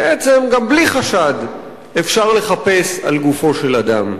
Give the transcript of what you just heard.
בעצם גם בלי חשד אפשר לחפש על גופו של אדם.